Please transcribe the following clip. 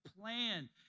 plan